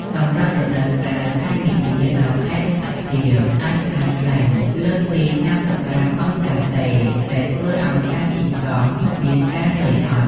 សម្រាប់រដូវក្តៅ (ខែមីនា ដល់ ខែឧសភា) អាចក្តៅខ្លាំង (លើសពី ៣៥ អង្សាសេ) ដែលធ្វើឱ្យការជិះកង់មានការនឿយហត់។